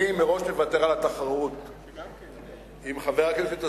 אני מראש מוותר על התחרות עם חבר הכנסת הזה,